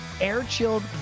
air-chilled